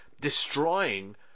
destroying